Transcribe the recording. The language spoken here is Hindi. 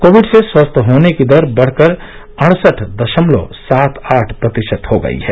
कोविड से स्वस्थ होने की दर बढ़कर अड़सठ दशमलव सात आठ प्रतिशत हो गई है